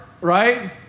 right